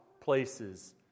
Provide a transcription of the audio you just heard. places